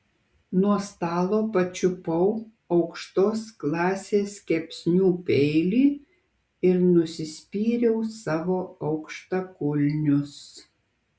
nuo stalo pačiupau aukštos klasės kepsnių peilį ir nusispyriau savo aukštakulnius